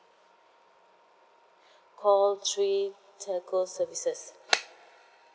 call three telco services